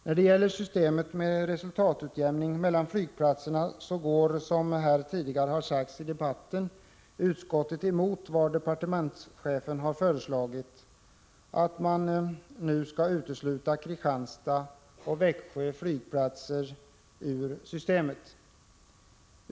När det gäller systemet med resultatutjämning mellan flygplatser går, som här tidigare har sagts i debatten, utskottet emot departementschefens förslag att nu utesluta Kristianstads och Växjös flygplatser ur systemet.